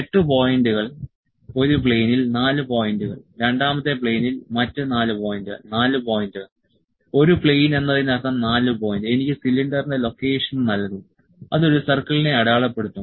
8 പോയിന്റുകൾ ഒരു പ്ലെയിനിൽ 4 പോയിന്റുകൾ രണ്ടാമത്തെ പ്ലെയിനിൽ മറ്റ് 4 പോയിന്റുകൾ 4 പോയിന്റുകൾ ഒരു പ്ലെയിൻ എന്നതിനർത്ഥം 4 പോയിന്റ് എനിക്ക് സിലിണ്ടറിന്റെ ലൊക്കേഷൻ നൽകും അത് ഒരു സർക്കിളിനെ അടയാളപ്പെടുത്തും